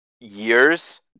years